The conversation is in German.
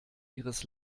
ihres